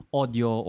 audio